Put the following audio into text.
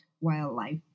wildlife